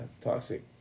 toxic